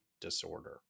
disorder